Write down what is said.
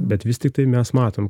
bet vis tiktai mes matom